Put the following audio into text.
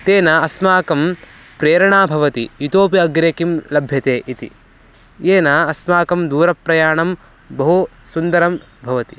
तेन अस्माकं प्रेरणा भवति इतोऽपि अग्रे किं लभ्यते इति येन अस्माकं दूरप्रयाणं बहु सुन्दरं भवति